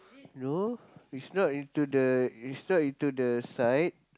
no it's not into the it's not into the side